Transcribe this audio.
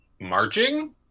marching